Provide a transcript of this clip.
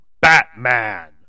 Batman